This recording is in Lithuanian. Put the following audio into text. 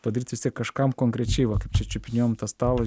padirbt vis tiek kažkam konkrečiai va kaip čia čiupinėjom tą stalą